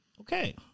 Okay